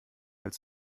als